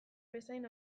bezain